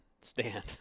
stand